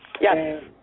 Yes